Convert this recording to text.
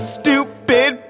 stupid